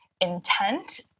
intent